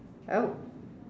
I would